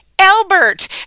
Albert